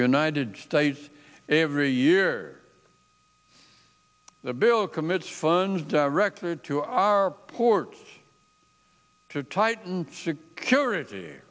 united states every year the bill commits funds directed to our ports to tighten security